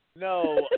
No